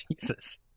jesus